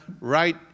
right